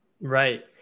Right